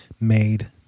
made